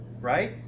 right